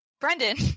Brendan